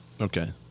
Okay